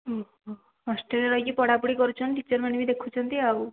ହଷ୍ଟେଲ୍ରେ ରହିକି ପଢ଼ାପଢି କରୁଛନ୍ତି ଟିଚର୍ମାନେ ବି ଦେଖୁଛନ୍ତି ଆଉ